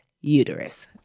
uterus